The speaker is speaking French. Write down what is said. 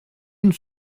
une